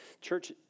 Church